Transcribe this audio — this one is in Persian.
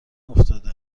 افتاده